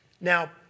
Now